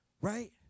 Right